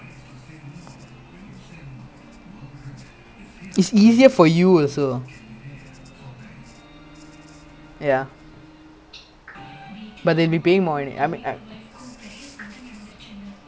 ya so in a way is less how to say ya easier for you and worse for the workers but it's also slower in a way because they will give you like smaller portion size in a way something like that